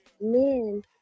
men